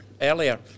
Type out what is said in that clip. earlier